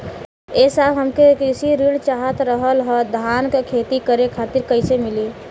ए साहब हमके कृषि ऋण चाहत रहल ह धान क खेती करे खातिर कईसे मीली?